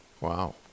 Wow